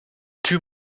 too